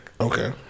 Okay